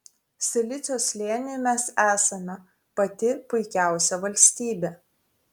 silicio slėniui mes esame pati puikiausia valstybė